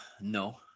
No